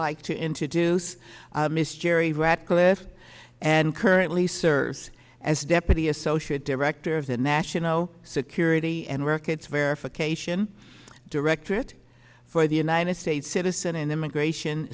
like to introduce miss jerry ratcliffe and currently serves as deputy associate director of the national security and work its verification directorate for the united states citizen and immigration